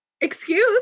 excuse